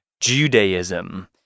Judaism